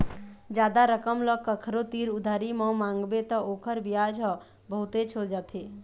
जादा रकम ल कखरो तीर उधारी म मांगबे त ओखर बियाज ह बहुतेच हो जाथे